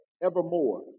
evermore